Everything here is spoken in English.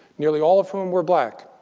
nearly all of whom were black,